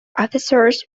officers